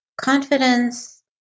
confidence